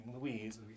Louise